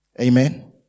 Amen